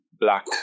black